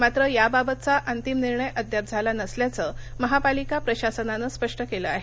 मात्र याबाबतचा अंतिम निर्णय अद्याप झाला नसल्याचं महापालिका प्रशासनानं स्पष्ट केलं आहे